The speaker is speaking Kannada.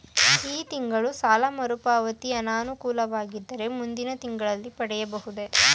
ಈ ತಿಂಗಳು ಸಾಲ ಮರುಪಾವತಿ ಅನಾನುಕೂಲವಾಗಿದ್ದರೆ ಮುಂದಿನ ತಿಂಗಳಲ್ಲಿ ಮಾಡಬಹುದೇ?